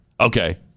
Okay